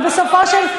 ובסופו של,